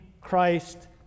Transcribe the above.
Christ